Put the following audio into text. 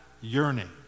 yearning